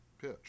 pitch